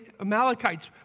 Amalekites